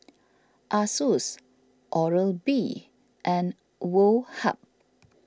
Asus Oral B and Woh Hup